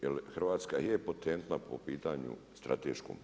Jer Hrvatska je potentna po pitanju strateškom.